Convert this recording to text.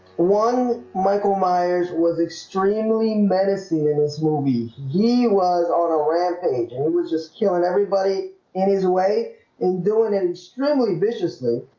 one michael myers was extremely medicines movie he was on a rampage and was just killing everybody in his way in doing it extremely viciously